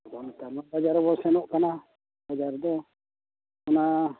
ᱵᱚᱱ ᱥᱟᱱᱟᱢ ᱵᱟᱡᱟᱨ ᱨᱮᱵᱚ ᱥᱮᱱᱚᱜ ᱠᱟᱱᱟ ᱵᱟᱡᱟᱨ ᱫᱚ ᱚᱱᱟ